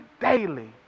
daily